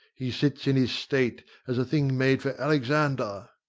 he sits in his state as a thing made for alexander.